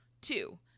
Two